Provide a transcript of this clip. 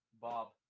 Bob